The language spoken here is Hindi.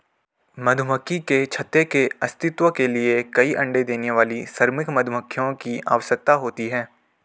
मधुमक्खी के छत्ते के अस्तित्व के लिए कई अण्डे देने वाली श्रमिक मधुमक्खियों की आवश्यकता होती है